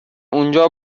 اونجا